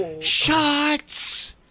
Shots